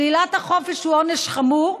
שלילת החופש היא עונש חמור,